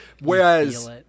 Whereas